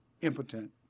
impotent